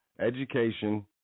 Education